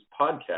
Podcast